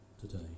today